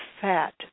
fat